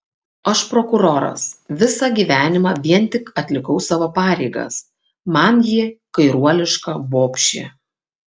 aš prokuroras visą gyvenimą vien tik atlikau savo pareigas man ji kairuoliška bobšė